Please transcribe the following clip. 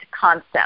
concept